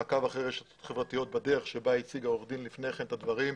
מעקב אחרי רשתות חברתיות בדרך שבה הציגה עורכת הדין לפני כן את הדברים,